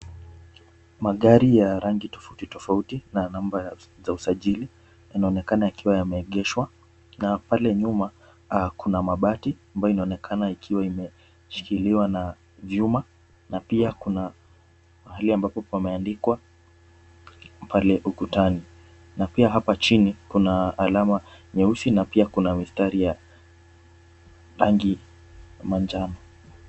Magari ya rangi tofauti tofauti na namba za usajili, yanaonekana yakiwa yameegeshwa na pale nyuma kuna mabati ambayo inaonekana ikiwa imeshikiliwa na vyuma na pia kuna pahali ambapo pameandikwa pale ukutani na pia hapa chini kuna alama nyeusi na pia kuna mistari ya rangi ya manjano.